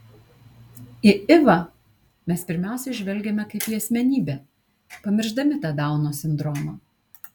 į ivą mes pirmiausia žvelgiame kaip į asmenybę pamiršdami tą dauno sindromą